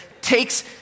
takes